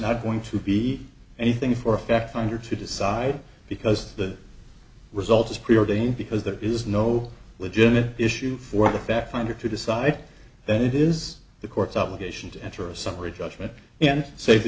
not going to be anything for a fact finder to decide because the result is preordained because there is no legitimate issue for the fact finder to decide then it is the court's obligation to enter a summary judgment and save the